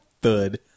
Thud